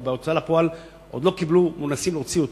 או בהוצאה לפועל מנסים להוציא אותו,